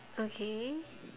okay